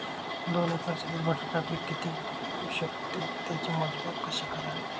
दोन एकर शेतीत बटाटा पीक किती येवू शकते? त्याचे मोजमाप कसे करावे?